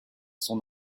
son